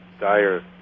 dire